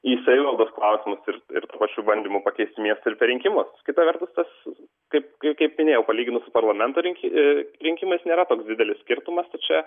į savivaldos klausimus ir ir pasibandymų pakeisti miestą ir per rinkimus kita vertus kaip kaip minėjau palyginus su parlamento rinkimais rinkimais nėra toks didelis skirtumas čia